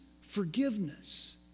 forgiveness